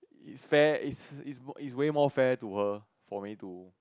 it's fair it's it's it's way more fair to her for me to